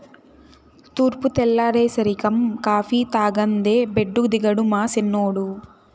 తూర్పు తెల్లారేసరికం కాఫీ తాగందే బెడ్డు దిగడు మా సిన్నోడు